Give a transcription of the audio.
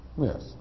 Yes